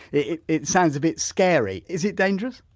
it it sounds a bit scary is it dangerous?